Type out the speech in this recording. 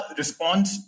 response